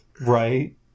Right